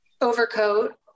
overcoat